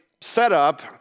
setup